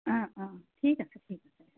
অঁ অঁ ঠিক আছে ঠিক আছে